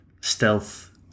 stealth